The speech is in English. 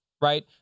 right